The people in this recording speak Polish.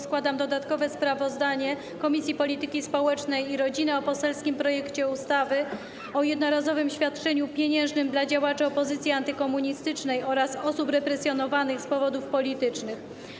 Składam dodatkowe sprawozdanie Komisji Polityki Społecznej i Rodziny o poselskim projekcie ustawy o jednorazowym świadczeniu pieniężnym dla działaczy opozycji antykomunistycznej oraz osób represjonowanych z powodów politycznych.